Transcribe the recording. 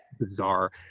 bizarre